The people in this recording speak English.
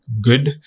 good